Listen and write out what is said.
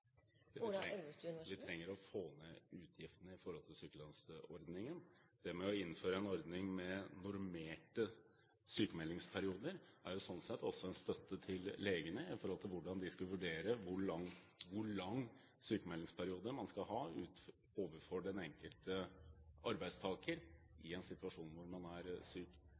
Vi trenger å få ned utgiftene til sykelønnsordningen. Det å innføre en ordning med normerte sykmeldingsperioder er jo også sånn sett en støtte til legene når det gjelder hvordan de skal vurdere hvor lang sykmeldingsperiode den enkelte arbeidstaker skal ha i en situasjon der man er syk.